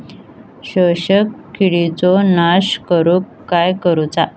शोषक किडींचो नाश करूक काय करुचा?